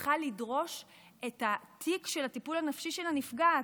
היה יכול לדרוש את התיק של הטיפול הנפשי של הנפגעת,